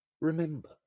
remember